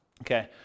Okay